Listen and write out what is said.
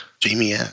Jamie